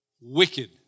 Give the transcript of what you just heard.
wicked